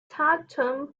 tatum